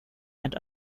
and